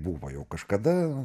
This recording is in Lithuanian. buvo jau kažkada